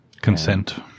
Consent